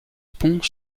pont